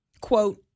quote